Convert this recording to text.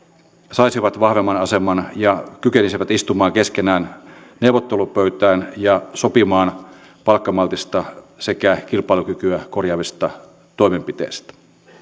saisivat vahvemman aseman ja kykenisivät istumaan keskenään neuvottelupöytään ja sopimaan palkkamaltista sekä kilpailukykyä korjaavista toimenpiteistä